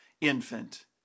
infant